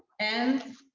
and